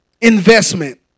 Investment